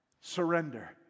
Surrender